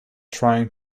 trying